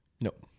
Nope